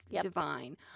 divine